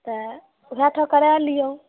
तैं ओहिठाम करा लियौ